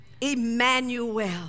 Emmanuel